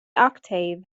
octave